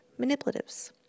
manipulatives